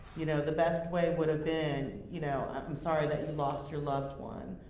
you know, the best way would've been, you know, i'm sorry that you lost your loved one.